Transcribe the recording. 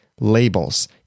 labels